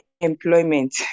employment